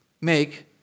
make